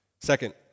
Second